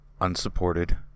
unsupported